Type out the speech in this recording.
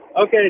Okay